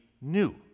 new